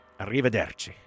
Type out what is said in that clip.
Arrivederci